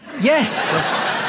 Yes